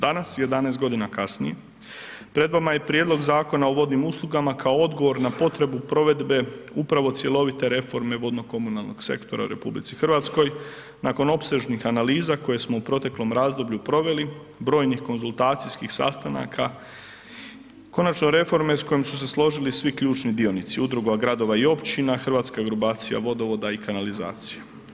Danas jedanaest godina kasnije pred vama je Prijedlog Zakona o vodnim uslugama kao odgovor na potrebu provedbe upravo cjelovite reforme vodno-komunalnog sektora u Republici Hrvatskoj, nakon opsežnih analiza koje smo u proteklom razdoblju proveli, brojnih konzultacijskih sastanaka, konačno reforme s kojom su se složili svi ključni dionici, Udruga gradova i općina, Hrvatska grupacija vodovoda i kanalizacije.